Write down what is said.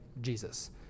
Jesus